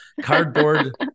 cardboard